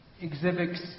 exhibits